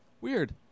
Weird